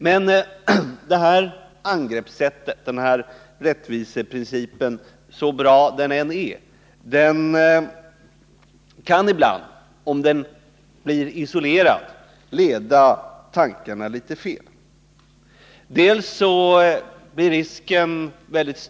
Men det här angreppssättet, den här rättviseprincipen —så bra den än är — kan ibland, om principen blir isolerad, leda tankarna litet fel.